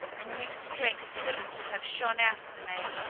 a new strength seemed to have shone out of the man.